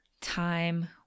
Time